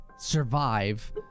survive